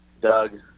Doug